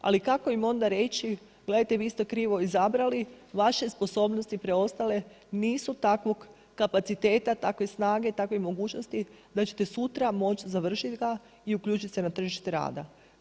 Ali kako im onda reći, gledajte vi ste krivo izabrali, vaše sposobnosti preostale nisu takvog kapaciteta, takve snage, takvih mogućnosti da ćete sutra moći završit ga i uključit se na tržište rada.